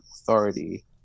authority